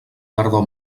tardor